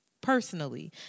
personally